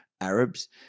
Arabs